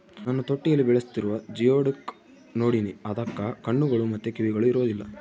ನಾನು ತೊಟ್ಟಿಯಲ್ಲಿ ಬೆಳೆಸ್ತಿರುವ ಜಿಯೋಡುಕ್ ನೋಡಿನಿ, ಅದಕ್ಕ ಕಣ್ಣುಗಳು ಮತ್ತೆ ಕಿವಿಗಳು ಇರೊದಿಲ್ಲ